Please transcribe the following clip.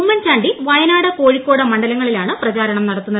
ഉമ്മൻചാണ്ടി വയനാട് കോഴിക്കോട് മണ്ഡലങ്ങളിലാണ് പ്രചാരണം നടത്തുന്നത്